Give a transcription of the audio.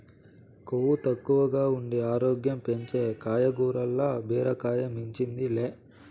కొవ్వు తక్కువగా ఉండి ఆరోగ్యం పెంచే కాయగూరల్ల బీరకాయ మించింది లే